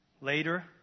Later